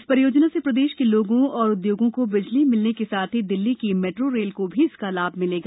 इ परियोजना से प्रदेश के लोगों और उद्योगों को बिजली मिलने के साथ ही दिल्ली की मेट्रो रेल को भी इसका लाभ मिलेगा